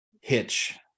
hitch